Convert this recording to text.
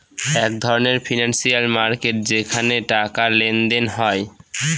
এক ধরনের financial market যেখানে টাকার লেনদেন হয়